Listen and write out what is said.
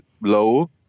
low